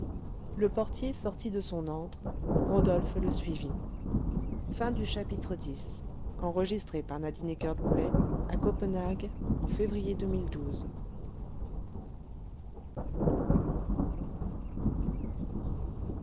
le portier sortit de son antre rodolphe le suivit